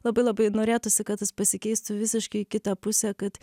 labai labai norėtųsi kad tas pasikeistų visiškai į kitą pusę kad